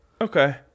Okay